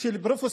של פרופ'